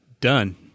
done